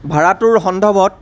ভাৰাটোৰ সন্দৰ্ভত